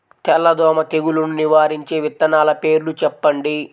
తెల్లదోమ తెగులును నివారించే విత్తనాల పేర్లు చెప్పండి?